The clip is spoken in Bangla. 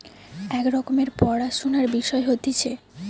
এক রকমের পড়াশুনার বিষয় হতিছে